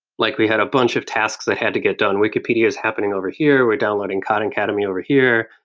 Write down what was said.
like we had a bunch of tasks that had to get done. wikipedia's happening over here, we're downloading khan academy over here,